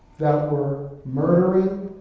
that were murdering,